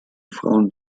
frauen